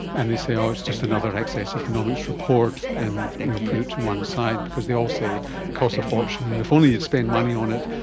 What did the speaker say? and they say, oh, it's just another access economics report and you know put it to one side because they all say it costs a fortune, and if only you'd spend money on it,